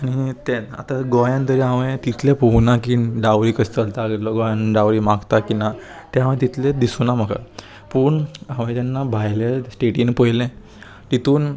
आनी ते आतां गोंयान तरी हांवें तितलें पोवूंक ना की डावरी कसो चलता कितलो गोंयान डावरी मागता की ना तें हांव तितलें दिसूं ना म्हाका पूण हांवें जेन्ना भायले स्टेटीन पयलें तितून